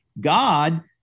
God